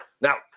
Now